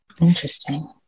interesting